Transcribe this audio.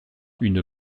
une